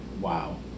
wow